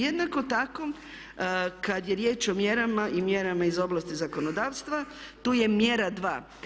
Jednako tako kada je riječ o mjerama i mjerama iz oblasti zakonodavstva tu je mjera dva.